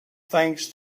thanks